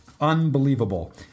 unbelievable